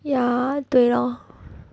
ya 对 lor